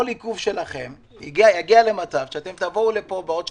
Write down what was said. כל עיכוב שלכם יביא למצב שתבואו לפה בעוד שנתיים,